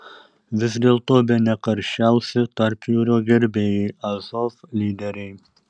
vis dėlto bene karščiausi tarpjūrio gerbėjai azov lyderiai